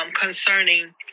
concerning